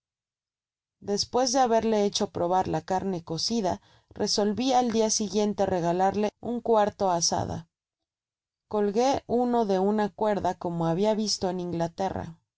despues de haberle hecho probar la carne cocida resolvi al dia siguiente regalarle un cuarto asada colgué uno de una cuerda como habia visto en inglaterra des